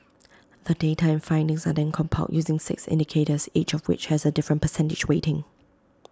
the data and findings are then compiled using six indicators each of which has A different percentage weighting